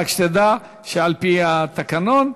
רק שתדע שעל-פי התקנון,